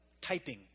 typing